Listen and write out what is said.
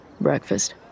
Breakfast